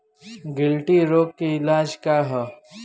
गिल्टी रोग के इलाज का ह?